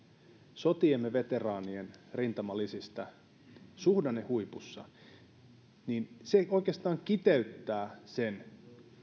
sotiemme veteraanien rintamalisistä suhdannehuipussa oikeastaan kiteyttää sen